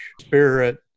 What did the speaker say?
spirit